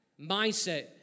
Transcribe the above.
mindset